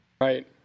Right